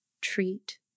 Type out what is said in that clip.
treat